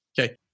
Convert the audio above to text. okay